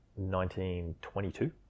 1922